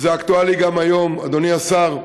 וזה אקטואלי גם היום, אדוני השר,